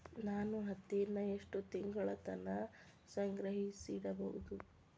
ನಾನು ಹತ್ತಿಯನ್ನ ಎಷ್ಟು ತಿಂಗಳತನ ಸಂಗ್ರಹಿಸಿಡಬಹುದು?